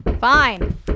Fine